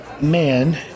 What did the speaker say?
man